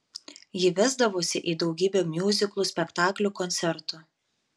ji vesdavosi į daugybę miuziklų spektaklių koncertų